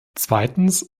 zweitens